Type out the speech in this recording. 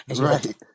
Right